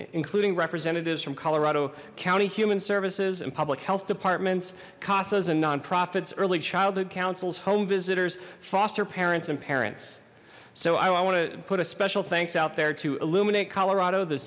including representatives from colorado county human services and public health department's casas and nonprofits early childhood councils home visitors foster parents and parents so i want to put a special thanks out there to illuminate colorado the